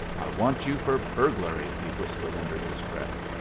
want you for burglary, he whispered under his breath.